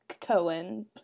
Cohen